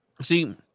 See